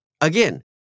Again